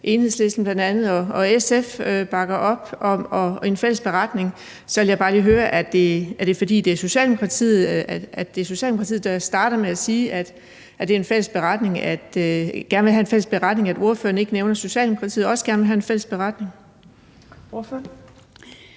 Enhedslisten og SF bakker op om en fælles beretning. Så ville jeg bare lige høre: Er det, fordi det var Socialdemokratiet, der startede med at sige, at man gerne vil have en fælles beretning, at ordføreren ikke nævner, at Socialdemokratiet også gerne vil have en fælles beretning? Kl.